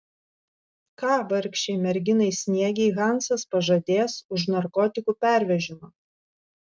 ką vargšei merginai sniegei hansas pažadės už narkotikų pervežimą